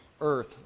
earth